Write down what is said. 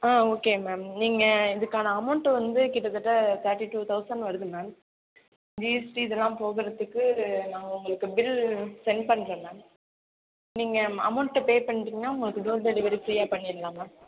ஆ okay ma'am நீங்கள் இதுக்கான amount வந்து கிட்டத்தட்ட தேர்ட்டி டூ தொளசண்ட் வருது மேம் ஜிஎஸ்டி இதெல்லாம் போகுறதுக்கு ஒரு நான் உங்களுக்கு பில் சென்ட் பண்ணுறேன் மேம் நீங்கள் அமௌண்ட் பே பண்ணிடிங்கனா உங்களுக்கு டோர் டெலிவரி ஃப்ரீயாக பண்ணிறலாம் மேம்